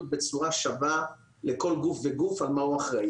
בצורה שווה לכל גוף וגוף על מה הוא אחראי.